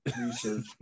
research